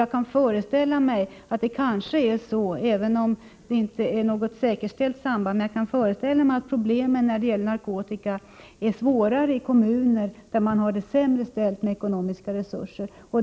Jag kan föreställa mig att det kanske är så — även om det inte är något säkerställt samband — att problemen när det gäller narkotika är svårare i kommuner där man har det sämre ställt med ekonomiska resurser.